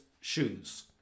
shoes